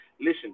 listen